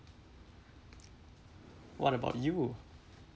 what about you